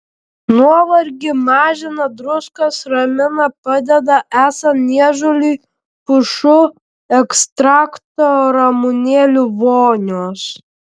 nuovargį mažina druskos ramina padeda esant niežuliui pušų ekstrakto ramunėlių vonios